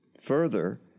Further